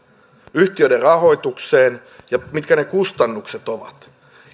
yhtiöiden rahoitukseen ja mitkä ne kustannukset ovat